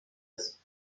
ist